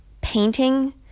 painting